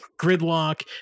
gridlock